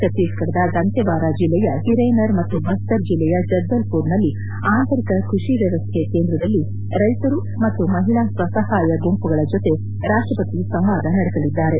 ಛತ್ತೀಸ್ಗಡದ ದಂತೆವಾರ ಜಿಲ್ಲೆಯ ಹೀರನರ್ ಮತ್ತು ಬಸ್ತರ್ ಜಿಲ್ಲೆಯ ಜಗ್ದಲ್ಪುರ್ದಲ್ಲಿ ಆತಂರಿಕ ಕೃಷಿ ವ್ಯವಸ್ಥೆ ಕೇಂದ್ರದಲ್ಲಿ ರೈತರು ಮತ್ತು ಮಹಿಳಾ ಸ್ವಸಹಾಯ ಗುಂಪುಗಳ ಜೊತೆಗೆ ರಾಷ್ಟಪತಿ ಸಂವಾದ ನಡೆಸಲಿದ್ದಾರೆ